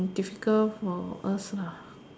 difficult for us lah